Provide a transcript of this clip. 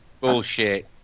Bullshit